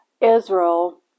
Israel